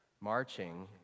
marching